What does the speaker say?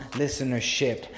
listenership